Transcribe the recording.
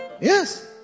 yes